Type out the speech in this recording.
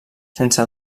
sense